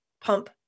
pump